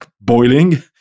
boiling